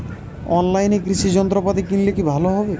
অনলাইনে কৃষি যন্ত্রপাতি কিনলে কি ভালো হবে?